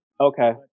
Okay